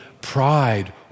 pride